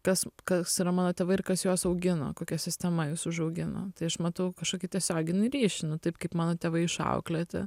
kas kas yra mano tėvai ir kas juos augino kokia sistema jus užaugino tai aš matau kažkokį tai tiesioginį ryšį nu taip kaip mano tėvai išauklėti